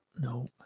no